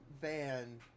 van